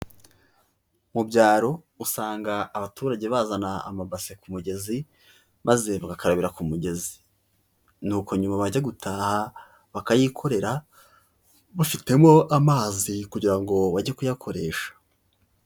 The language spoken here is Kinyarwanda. Mu byaro usanga abaturage bazana amabase ku mugezi maze bagakarabira ku mugezi, nuko nyuma bajya gutaha bakayikorera bafitemo amazi kugira ngo bajye kuyakoresha.